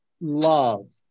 love